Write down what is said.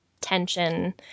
tension